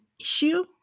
issue